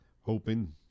hoping